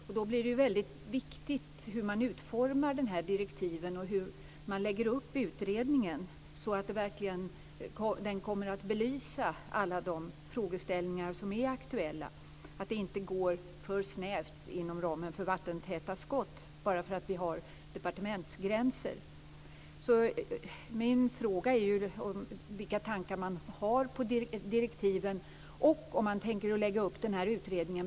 Därför är det viktigt hur direktiven utformas och hur utredningen läggs upp, så att den verkligen kommer att belysa alla de frågeställningar som är aktuella. Utredningen får inte bli för snäv med vattentäta skott bara för att vi har departementsgränser. Min fråga är vilka tankar man har på direktiven och om man tänker ha en parlamentarisk utredningen.